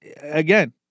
again